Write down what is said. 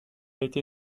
été